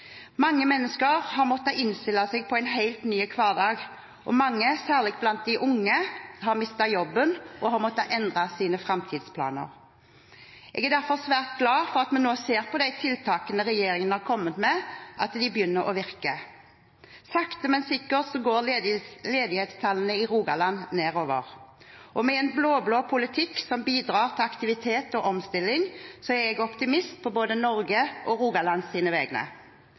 Mange mennesker har måttet innstille seg på en helt ny hverdag, og mange, særlig blant de unge, har mistet jobben og har måttet endre sine framtidsplaner. Jeg er derfor svært glad for at vi nå ser at de tiltakene regjeringen har kommet med, begynner å virke. Sakte, men sikkert går ledighetstallene i Rogaland nedover. Med en blå-blå politikk som bidrar til aktivitet og omstilling, er jeg optimist på både Norges og Rogalands vegne.